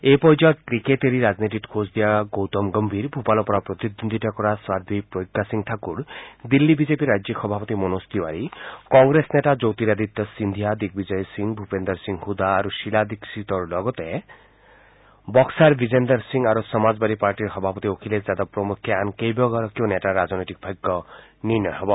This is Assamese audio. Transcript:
এই পৰ্যায়ত ক্ৰিকেট এৰি ৰাজনীতিত খোজ দিয়া গৌতম গম্ভীৰ ভূপালৰ পৰা প্ৰতিদ্বন্দ্বিতা কৰা সাধৱী প্ৰজ্ঞা সিং ঠাকুৰ দিল্লী বিজেপিৰ ৰাজ্যিক সভাপতি মনোজ তিৱাৰী কংগ্ৰেছ নেতা জ্যোতিৰাদিত্য সিন্ধিয়া দ্বিগ্বিজয় সিং ভূপেন্দৰ সিং হুদা আৰু শীলা দীক্ষিতৰ লগতে বক্সাৰ বিজেন্দৰ সিং আৰু সমাজবাদী পাৰ্টিৰ সভাপতি অখিলেশ যাদৱ প্ৰমুখ্যে আন কেইবাগৰাকীও নেতাৰ ৰাজনৈতিক ভাগ্য নিৰ্ণয় হ'ব